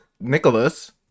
Nicholas